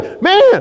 man